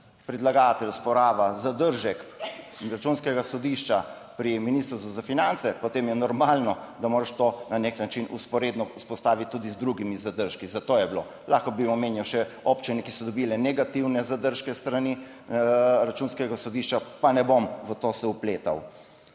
predlagatelj osporava zadržek Računskega sodišča pri Ministrstvu za finance, potem je normalno, da moraš to na nek način vzporedno vzpostaviti tudi z drugimi zadržki. Za to je bilo. Lahko bi omenjal še občine, ki so dobile negativne zadržke s strani Računskega sodišča, pa ne bom v to se vpletal.